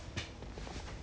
orh 三个 ha